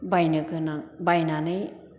बायनो गोनां बायनानै